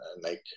make